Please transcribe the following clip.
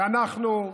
ואנחנו,